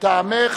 מטעמך